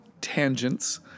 tangents